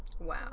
wow